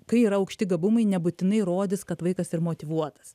kai yra aukšti gabumai nebūtinai rodys kad vaikas yr motyvuotas